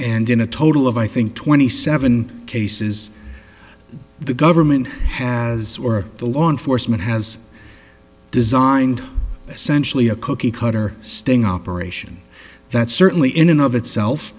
and in a total of i think twenty seven cases the government has or the law enforcement has designed a sensually a cookie cutter sting operation that certainly in and of itself